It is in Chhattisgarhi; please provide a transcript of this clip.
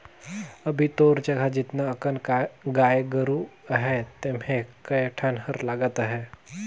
अभी तोर जघा जेतना अकन गाय गोरु अहे तेम्हे कए ठन हर लगत अहे